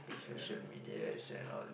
yeah that's uh